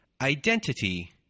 identity